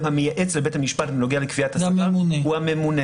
המייעץ לבית המשפט בנוגע לקביעת השכר הוא הממונה.